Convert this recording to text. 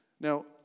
Now